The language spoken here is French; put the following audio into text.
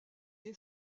est